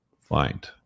Find